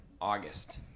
August